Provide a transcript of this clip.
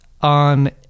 on